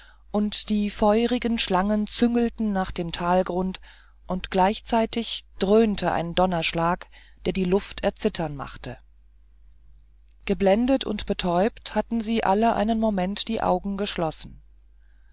und die feurigen schlangen züngelten nach dem talgrund und gleichzeitig dröhnte ein donnerschlag der die luft erzittern machte geblendet und betäubt hatten alle einen moment die augen geschlossen